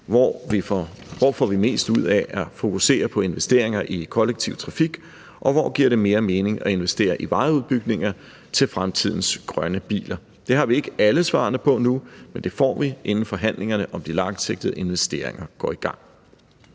Hvor får vi mest ud af at fokusere på investeringer i kollektiv trafik, og hvor giver det mere mening at investere i vejudbygninger til fremtidens grønne biler? Det har vi ikke alle svarene på endnu, men det får vi, inden forhandlingerne om de langsigtede investeringer går i gang.